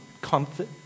Comfort